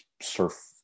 surf